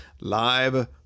live